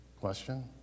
question